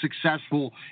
successful